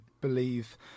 believe